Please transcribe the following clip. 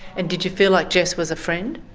and did you feel like jess was a friend?